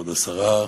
כבוד השרה,